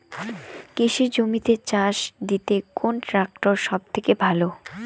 কৃষি জমিতে চাষ দিতে কোন ট্রাক্টর সবথেকে ভালো?